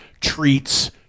treats